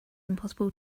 impossible